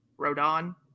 Rodon